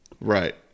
Right